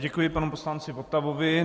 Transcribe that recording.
Děkuji panu poslanci Votavovi.